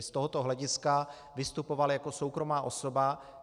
Z tohoto hlediska vystupoval jako soukromá osoba.